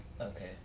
Okay